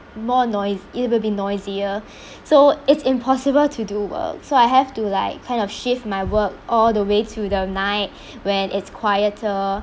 more nois~ it'll be noisier so it's impossible to do work so I have to like kind of shift my work all the way to the night when it's quieter